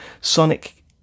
Sonic